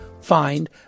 find